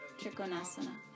Trikonasana